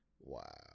wow